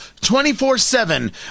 24-7